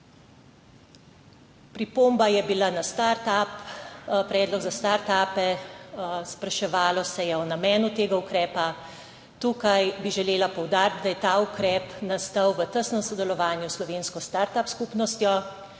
Pripomba je bila na predlog za startupe, spraševalo se je o namenu tega ukrepa. Tu bi želela poudariti, da je ta ukrep nastal v tesnem sodelovanju s slovensko startup skupnostjo,